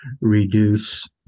reduce